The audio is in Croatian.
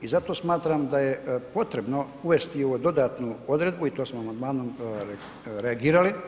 I zato smatram da je potrebno uvesti ovu dodatnu odredbu i to smo amandmanom reagirali